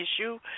issue